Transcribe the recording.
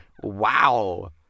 Wow